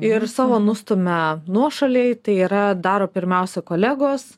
ir savo nustumia nuošalėj tai yra daro pirmiausia kolegos